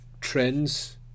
trends